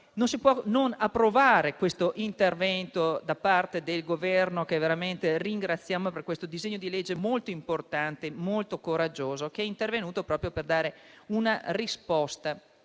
Non si può non approvare l'intervento da parte del Governo, che veramente ringraziamo per questo disegno di legge molto importante e coraggioso, che è intervenuto proprio per dare una risposta